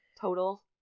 total